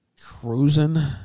cruising